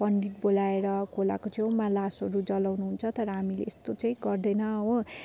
पण्डित बोलाएर खोलाको छेउमा लासहरू जलाउनुहुन्छ तर हामीले यस्तो चाहिँ गर्दैनौँ हो